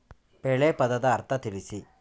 ಬೆಳೆ ಪದದ ಅರ್ಥ ತಿಳಿಸಿ?